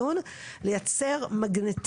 אנחנו מתחילים דיון בסוגיית מדיניות משרד ההתיישבות,